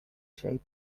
shape